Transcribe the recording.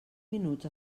minuts